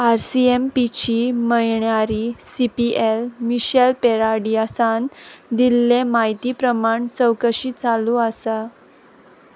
आरसीएमपीची मयणारी C P L Michelle पेराडियासान दिल्ले म्हायती प्रमाण चवकशी चालू आसा